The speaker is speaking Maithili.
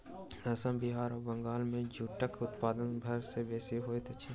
असम बिहार आ बंगाल मे जूटक उत्पादन सभ सॅ बेसी होइत अछि